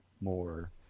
more